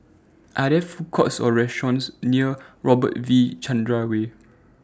Are There Food Courts Or restaurants near Robert V Chandran Way